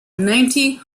ninety